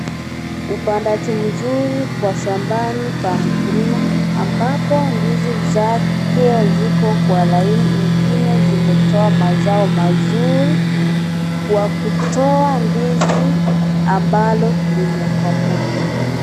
Upandaji mzuri kwa shambani pa mkulima. Ambapo ndizi zake ziko kwa laini ingine zimetoa mazao mazuri, kwa kutoa ndizi ambalo limekoma.